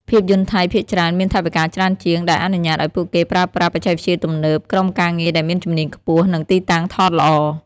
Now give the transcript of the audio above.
ភាពយន្តថៃភាគច្រើនមានថវិកាច្រើនជាង ដែលអនុញ្ញាតឲ្យពួកគេប្រើប្រាស់ បច្ចេកវិទ្យាទំនើប ក្រុមការងារដែលមានជំនាញខ្ពស់ និងទីតាំងថតល្អ។